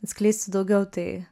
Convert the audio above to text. atskleisti daugiau tai